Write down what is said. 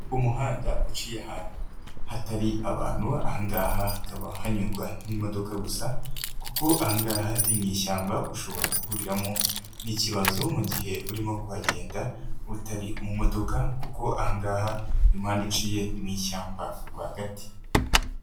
Umuhanda uciye ahantu hatari abantu, ahangaha hakaba hanyurwa n'imodoka gusa, kuko ahangaha ni mushyamba ushobora guhuriramo n'ikibazo mu gihe urimo kuhagenda utari mu mudoka kuko ahangaha iyo uhacuye ni mu ishyamba rwagati.